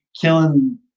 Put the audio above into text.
killing